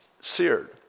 seared